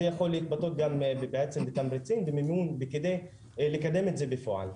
זה יכול להתבטא גם בעצם בתמריצים ובמימון ועל מנת לקדם את זה בפועל.